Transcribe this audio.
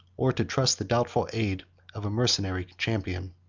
or to trust the doubtful aid of a mercenary champion.